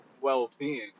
well-being